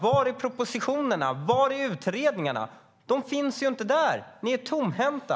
Var är propositionerna? Var är utredningarna? De finns ju inte där. Ni är tomhänta!